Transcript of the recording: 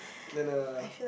then uh